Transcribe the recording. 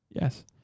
Yes